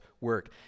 work